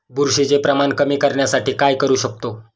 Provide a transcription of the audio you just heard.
बुरशीचे प्रमाण कमी करण्यासाठी काय करू शकतो?